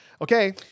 Okay